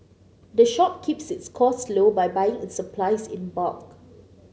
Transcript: the shop keeps its costs low by buying its supplies in bulk